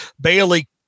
Bailey